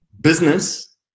business